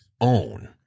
own